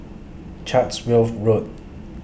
Chatsworth Road